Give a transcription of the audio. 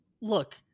look